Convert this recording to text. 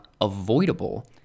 avoidable